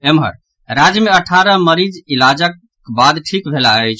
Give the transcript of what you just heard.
एम्हर राज्य मे अठारह मरीज इलाजक बाद ठीक भेलाह अछि